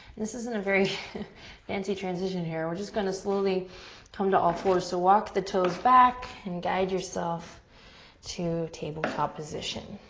this isn't a very anti-transition here. we're just gonna slowly come to all fours. so walk the toes back and guide yourself to tabletop position.